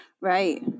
Right